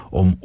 om